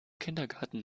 kindergarten